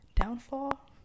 Downfall